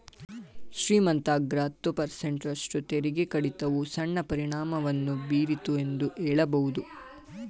ಶ್ರೀಮಂತ ಅಗ್ರ ಹತ್ತು ಪರ್ಸೆಂಟ್ ರಷ್ಟು ತೆರಿಗೆ ಕಡಿತವು ಸಣ್ಣ ಪರಿಣಾಮವನ್ನು ಬೀರಿತು ಎಂದು ಹೇಳಬಹುದು